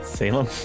Salem